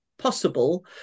possible